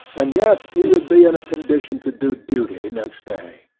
and yet he would be in a condition to do duty next day.